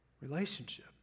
relationship